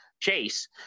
chase